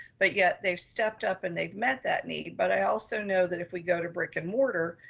but yet they've stepped up and they've met that need. but i also know that if we go to brick and mortar,